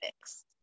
fixed